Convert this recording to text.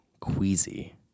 queasy